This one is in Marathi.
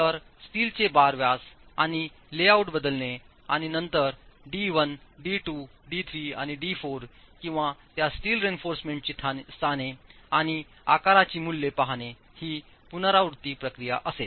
तर स्टीलचे बार व्यास आणि लेआउट बदलणे आणि नंतर डी 1 डी 2 डी 3 डी 4 किंवा त्या स्टील रेइन्फॉर्समेंटची स्थाने आणि आकारांची मूल्ये पहाणे ही पुनरावृत्ती प्रक्रिया असेल